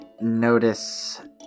Notice